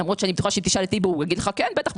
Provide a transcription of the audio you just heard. למרותש אני בטוחה שאם תשאל את טיבי הוא יגיד לך: בטח,